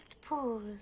pools